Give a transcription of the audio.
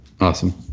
awesome